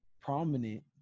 prominent